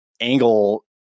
angle